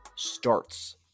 Starts